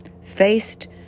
Faced